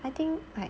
I think like